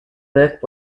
buck